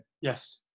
Yes